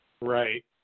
Right